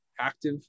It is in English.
active